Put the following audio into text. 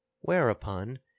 whereupon